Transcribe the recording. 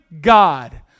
God